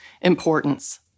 importance